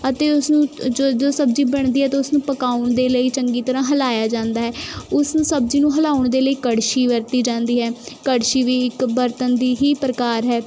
ਅਤੇ ਉਸ ਨੂੰ ਜਦੋਂ ਸਬਜ਼ੀ ਬਣਦੀ ਹੈ ਤਾਂ ਉਸ ਨੂੰ ਪਕਾਉਣ ਦੇ ਲਈ ਚੰਗੀ ਤਰ੍ਹਾਂ ਹਿਲਾਇਆ ਜਾਂਦਾ ਹੈ ਉਸ ਨੂੰ ਸਬਜ਼ੀ ਨੂੰ ਹਿਲਾਉਣ ਦੇ ਲਈ ਕੜਛੀ ਵਰਤੀ ਜਾਂਦੀ ਹੈ ਕੜਛੀ ਵੀ ਇੱਕ ਬਰਤਨ ਦੀ ਹੀ ਪ੍ਰਕਾਰ ਹੈ